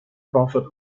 profit